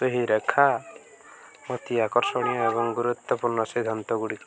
ସେହି ରେଖା ଅତି ଆକର୍ଷଣୀୟ ଏବଂ ଗୁରୁତ୍ୱପୂର୍ଣ୍ଣ ସିଦ୍ଧାନ୍ତ ଗୁଡ଼ିକ